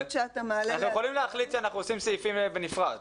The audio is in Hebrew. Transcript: אנחנו יכולים להחליט שאנחנו עושים סעיפים בנפרד,